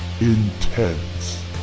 Intense